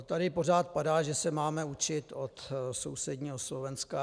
Tady pořád padá, že se máme učit od sousedního Slovenska.